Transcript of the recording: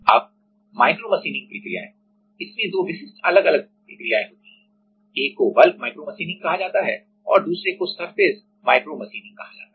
अब micro machining micromachining प्रक्रियाएं इसमें दो विशिष्ट अलग अलग प्रक्रियाएँ होती हैं एक को बल्क bulk माइक्रोमशीनिंग कहा जाता है और दूसरे को सरफेस माइक्रोमशीनिंग कहा जाता है